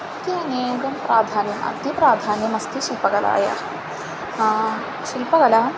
अत्यनेकं प्राधान्यम् अतिप्राधान्यम् अस्ति शिल्पकलायाः शिल्पकला